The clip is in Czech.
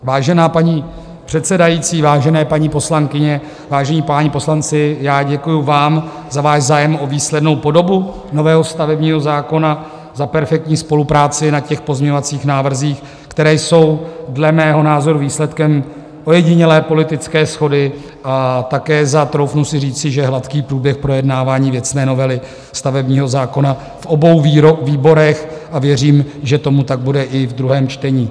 Vážená paní předsedající, vážené paní poslankyně, vážení páni poslanci, děkuji vám za váš zájem o výslednou podobu nového stavebního zákona, za perfektní spolupráci na pozměňovacích návrzích, které jsou dle mého názoru výsledkem ojedinělé politické shody, a také za, troufnu si říci, že hladký průběh projednávání věcné novely stavebního zákona v obou výborech, a věřím, že tomu tak bude i v druhém čtení.